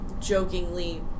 jokingly